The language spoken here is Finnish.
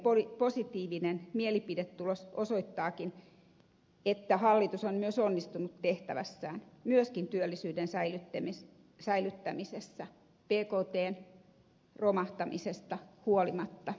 yrittäjäkyselyjen positiivinen mielipidetulos osoittaakin että hallitus on myös onnistunut tehtävässään myöskin työllisyyden säilyttämisessä bktn romahtamisesta huolimatta